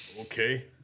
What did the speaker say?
Okay